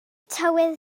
tywydd